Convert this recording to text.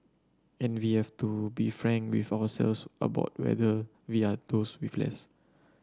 and we have to be frank with ourselves about whether we are those with less